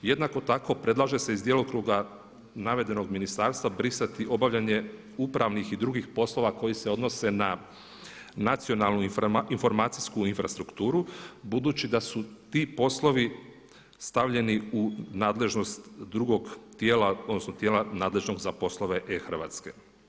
Jednako tako predlaže se iz djelokruga navedenog ministarstva brisati obavljanje upravnih i drugih poslova koji se odnose na nacionalnu informacijsku infrastrukturu budući da su ti poslovi stavljeni u nadležnost drugog tijela odnosno tijela nadležnog za poslove e-Hrvatske.